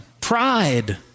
Pride